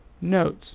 notes